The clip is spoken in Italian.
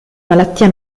malattia